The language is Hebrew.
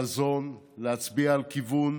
חזון, להצביע על כיוון